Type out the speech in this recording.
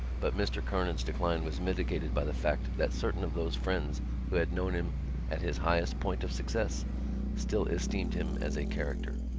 but mr. kernan's decline was mitigated by the fact that certain of those friends who had known him at his highest point of success still esteemed him as a character.